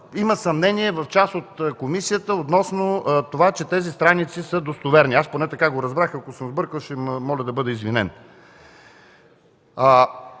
има съмнения в част от комисията относно това, че тези страници са достоверни, аз поне така го разбрах, ако съм сбъркал, моля да бъда извинен.